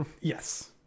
yes